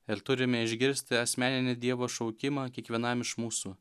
ir turime išgirsti asmeninį dievo šaukimą kiekvienam iš mūsų